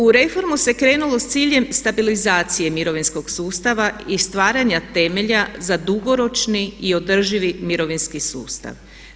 U reformu se krenulo s ciljem stabilizacije mirovinskog sustava i stvaranja temelja za dugoročni i održivi mirovinski sustav.